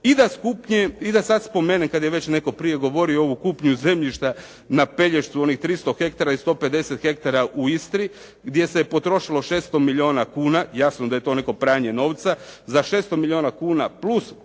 I da sada spomenem kada je već netko prije govorio ovu kupnju zemljišta na Pelješcu onih 300 hektara i 150 hektara u Istri gdje se je potrošilo 600 milijuna kuna, jasno da je to neko pranje novca, za 600 milijuna kuna plus